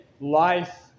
life